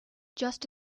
just